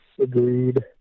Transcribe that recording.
Agreed